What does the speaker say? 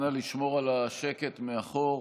נא לשמור על השקט מאחור.